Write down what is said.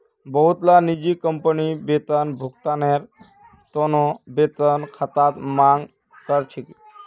बहुतला निजी कंपनी वेतन भुगतानेर त न वेतन खातार मांग कर छेक